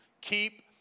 Keep